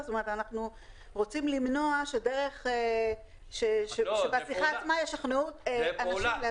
אנחנו רוצים למנוע שבשיחה עצמה ישכנעו אנשים להסכים.